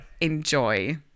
enjoy